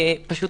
פשוט,